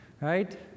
right